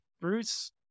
Bruce